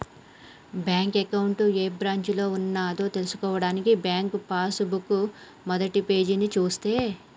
bank account ఏ బ్రాంచిలో ఉన్నదో తెల్సుకోవడానికి బ్యాంకు పాస్ బుక్ మొదటిపేజీని చూస్తే